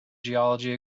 geology